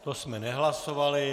To jsme nehlasovali.